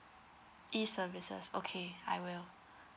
e services okay I will